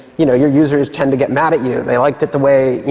you know your users tend to get mad at you. they liked it the way,